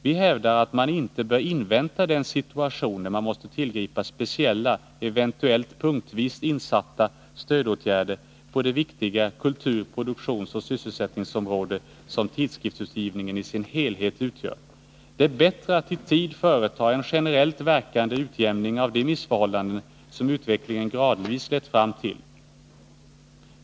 Vi hävdar att man inte bör invänta den situation där man måste tillgripa speciella, eventuella punktvis insatta, stödåtgärder på det viktiga kultur-, produktionsoch sysselsättningsområde som tidskriftsutgivningen i sin helhet utgör. Det är bättre att i tid företa en generellt verkande utjämning av de missförhållanden som utvecklingen gradvis lett fram till.